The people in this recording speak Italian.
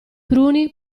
cruni